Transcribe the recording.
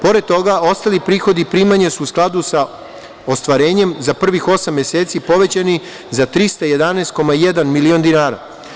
Pored toga, ostali prihodi i primanja su u skladu sa ostvarenjem za prvih osam meseci povećani za 311,1 milion dinara.